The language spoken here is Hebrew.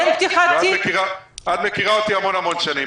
את מכירה אותי המון המון שנים.